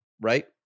Right